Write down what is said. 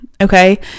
Okay